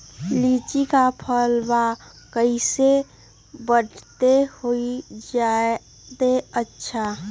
लिचि क फल म कईसे बढ़त होई जादे अच्छा?